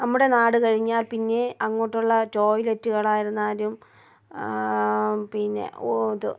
നമ്മുടെ നാട് കഴിഞ്ഞാൽ പിന്നെ അങ്ങോട്ടുള്ള ടോയ്ലറ്റുകൾ ആയിരുന്നാലും പിന്നെ ഓ ത്